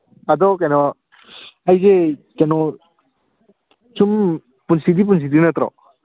ꯑꯗꯨ ꯀꯩꯅꯣ ꯑꯩꯁꯦ ꯀꯩꯅꯣ ꯁꯨꯝ ꯄꯨꯟꯁꯤꯗꯤ ꯄꯨꯟꯁꯤꯗꯣꯏ ꯅꯠꯇ꯭ꯔꯣ